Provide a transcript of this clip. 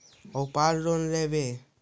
ओरापर लोन लेवै?